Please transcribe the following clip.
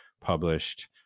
published